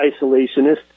isolationist